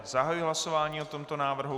Zahajuji hlasování o tomto návrhu.